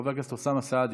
חבר הכנסת אוסאמה סעדי,